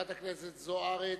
חברת הכנסת אורית זוארץ,